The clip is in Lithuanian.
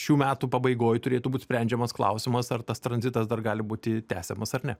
šių metų pabaigoj turėtų būt sprendžiamas klausimas ar tas tranzitas dar gali būti tęsiamas ar ne